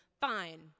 fine